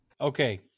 okay